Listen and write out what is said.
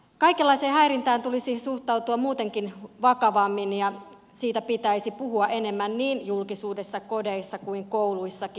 kaikenlaiseen häirintään tulisi suhtautua muutenkin vakavammin ja siitä pitäisi puhua enemmän niin julkisuudessa kodeissa kuin kouluissakin